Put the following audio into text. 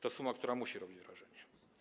To suma, która musi robić wrażenie.